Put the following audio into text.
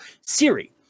Siri